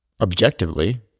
objectively